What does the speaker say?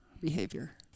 behavior